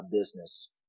business